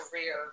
career